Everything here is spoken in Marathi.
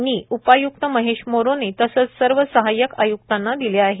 यांनी उपाय्क्त महेश मोरोने तसचं सर्व सहायक आयुक्तांना दिले आहेत